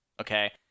okay